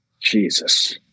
Jesus